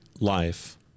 life